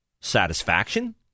satisfaction